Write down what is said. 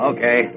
Okay